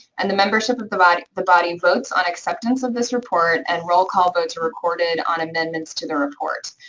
and the membership of the body the body votes on acceptance of this report and roll-call votes are recorded on amendments to the report.